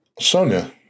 Sonya